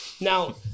Now